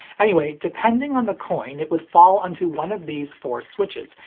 anyway, depending on the coin it would fall onto one of these four switches,